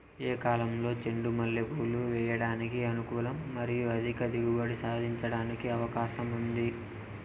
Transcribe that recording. ఏ కాలంలో చెండు మల్లె పూలు వేయడానికి అనుకూలం మరియు అధిక దిగుబడి సాధించడానికి అవకాశం ఉంది?